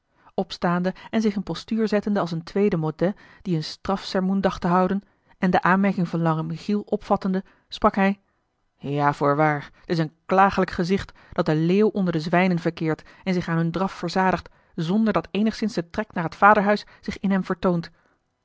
opstaande en zich in postuur zettende als een tweede modet die een strafsermoen dacht te houden en de aanmerking van lange michiel opvattende sprak hij ja voorwaar t is een klagelijk gezicht dat de leeuw onder de zwijnen verkeert en zich aan hun draf verzadigt zonderdat eenigszins de trek naar het vaderhuis zich in hem vertoont